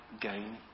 gain